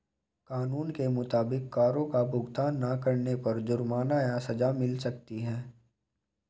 कानून के मुताबिक, करो का भुगतान ना करने पर जुर्माना या सज़ा मिल सकती है